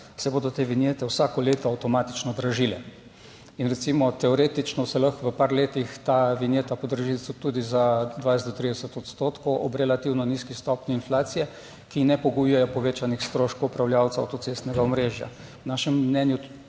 se bodo te vinjete vsako leto avtomatično dražile. In, recimo, teoretično se lahko v par letih ta vinjeta podraži tudi za 20 do 30 odstotkov ob relativno nizki stopnji inflacije, ki ne pogojujejo povečanih stroškov upravljavca avtocestnega omrežja. Po našem mnenju